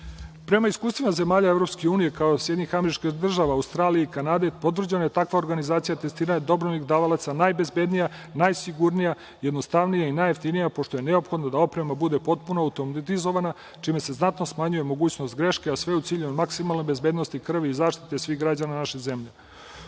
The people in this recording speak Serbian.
krvi. Prema iskustvima zemalja EU, kao i SAD, Australije i Kanade potvrđeno je da je takva organizacija testiranja dobrovoljnih davaoca najbezbednija, najsigurnija, jednostavnija i najjeftinija, pošto je neophodno da oprema bude potpuno automatizovana, čime se znatno smanjuje mogućnost greške, a sve u cilju maksimalne bezbednosti krvi i zaštite svih građana naše zemlje.